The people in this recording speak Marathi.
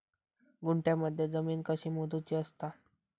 गुंठयामध्ये जमीन कशी मोजूची असता?